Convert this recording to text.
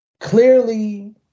clearly